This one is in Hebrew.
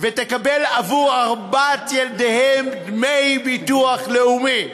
ותקבל בעבור ארבעת ילדיהם דמי ביטוח לאומי.